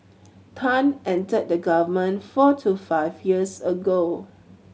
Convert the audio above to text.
Tan entered the government four to five years ago